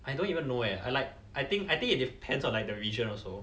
I don't even know eh I like I think I think it depends on like the region also